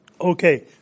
Okay